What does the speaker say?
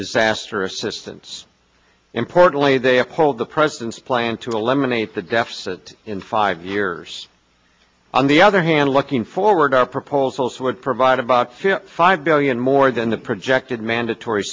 disaster assistance importantly they uphold the president's plan to eliminate the deficit in five years on the other hand looking forward our proposals would provide about fifty five billion more than the projected mandatory